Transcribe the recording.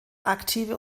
aktive